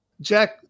Jack